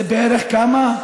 זה בערך, כמה?